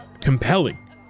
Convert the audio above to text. compelling